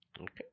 Okay